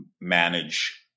manage